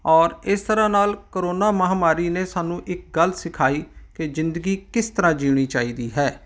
ਔਰ ਇਸ ਤਰ੍ਹਾਂ ਨਾਲ ਕਰੋਨਾ ਮਹਾਂਮਾਰੀ ਨੇ ਸਾਨੂੰ ਇੱਕ ਗੱਲ ਸਿਖਾਈ ਕਿ ਜ਼ਿੰਦਗੀ ਕਿਸ ਤਰ੍ਹਾਂ ਜੀਣੀ ਚਾਹੀਦੀ ਹੈ